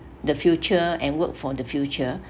the future and work for the future